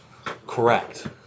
Correct